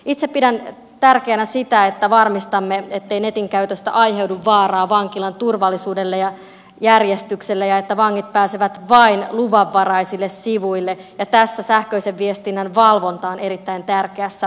itse pidän tärkeänä sitä että varmistamme ettei netinkäytöstä aiheudu vaaraa vankilan turvallisuudelle ja järjestykselle ja että vangit pääsevät vain luvanvaraisille sivuille ja tässä sähköisen viestinnän valvonta on erittäin tärkeässä roolissa